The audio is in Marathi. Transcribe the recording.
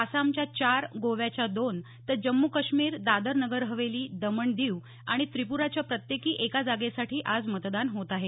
आसामच्या चार गोव्याच्या दोन तर जम्मू काश्मीर दादर नगरहवेली दमण दीव आणि त्रिप्राच्या प्रत्येकी एका जागेसाठी आज मतदान होत आहे